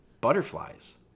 butterflies